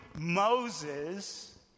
Moses